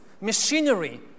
machinery